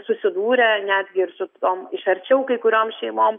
susidūrę netgi ir su tom iš arčiau kai kuriom šeimom